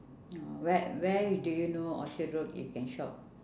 where where do you know orchard-road you can shop